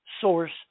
source